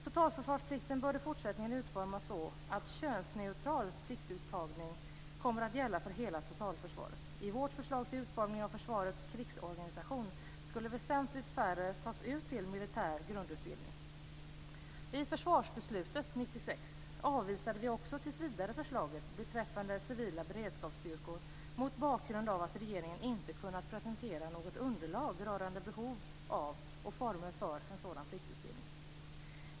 Totalförsvarsplikten bör i fortsättningen utformas så att könsneutral pliktuttagning kommer att gälla för hela totalförsvaret. I vårt förslag till utformning av försvarets krigsorganisation skulle väsentligt färre tas ut till militär grundutbildning. I försvarsbeslutet 1996 avvisade vi också tills vidare förslaget beträffande civila beredskapsstyrkor mot bakgrund av att regeringen inte kunnat presentera något underlag rörande behov av och former för en sådan pliktutbildning.